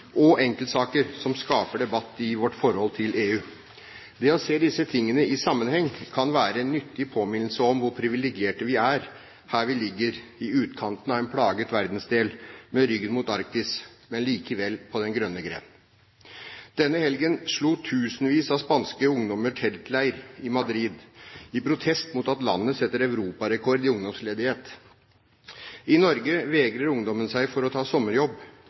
og enkeltsaker som skaper debatt i vårt forhold til EU. Det å se disse tingene i sammenheng kan være en nyttig påminnelse om hvor privilegerte vi er, her vi ligger i utkanten av en plaget verdensdel, med ryggen mot Arktis, men likevel på den grønne gren. Denne helgen slo tusenvis av spanske ungdommer teltleir i Madrid i protest mot at landet setter europarekord i ungdomsledighet. I Norge vegrer ungdom seg for å ta